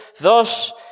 Thus